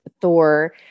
Thor